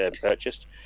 purchased